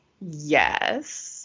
Yes